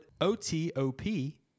O-T-O-P